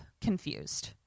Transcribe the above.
confused